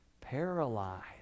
paralyzed